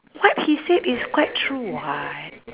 what he said is quite true [what]